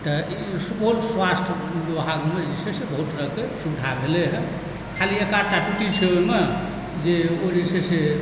तऽ ई सुपौल स्वास्थ्य विभागमे जे छै बहुत तरहके सुविधा भेलै हँ खाली एक आध टा त्रुटि छै ओहिमे जे ओ जे छै से